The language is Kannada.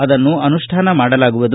ಅದನ್ನು ಅನುಷ್ಟಾನ ಮಾಡಲಾಗುವುದು